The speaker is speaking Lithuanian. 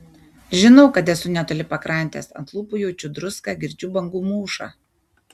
žinau kad esu netoli pakrantės ant lūpų jaučiu druską girdžiu bangų mūšą